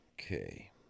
Okay